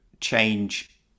change